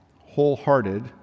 wholehearted